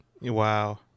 Wow